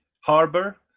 harbor